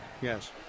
Yes